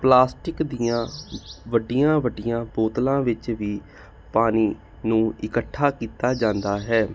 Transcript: plastic ਦੀਆਂ ਵੱਡੀਆਂ ਵੱਡੀਆਂ ਬੋਤਲਾਂ ਵਿੱਚ ਵੀ ਪਾਣੀ ਨੂੰ ਇਕੱਠਾ ਕੀਤਾ ਜਾਂਦਾ ਹੈ